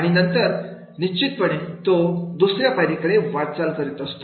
आणि नंतर निश्चितपणे तो दुसर्या पायरीकडे वाटचाल करु शकतो